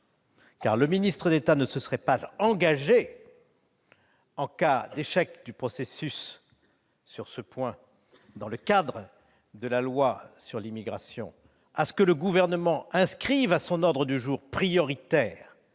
pour Mayotte : il ne se serait pas engagé à ce que, en cas d'échec du processus sur ce point dans le cadre de la loi sur l'immigration, le Gouvernement inscrive à son ordre du jour prioritaire